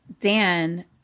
Dan